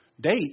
date